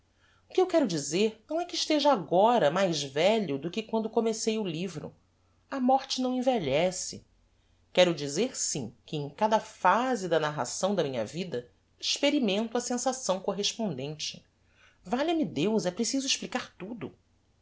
o que eu quero dizer não é que esteja agora mais velho do que quando comecei o livro a morte não envelhece quero dizer sim que em cada phase da narração da minha vida experimento a sensação correspondente valha-me deus é preciso explicar tudo